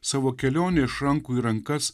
savo kelionę iš rankų į rankas